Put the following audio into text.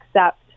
accept